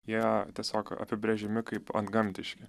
jie tiesiog apibrėžiami kaip antgamtiški